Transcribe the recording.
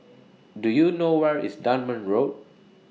Do YOU know Where IS Dunman Road